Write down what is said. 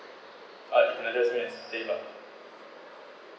hi can ah just say miss deva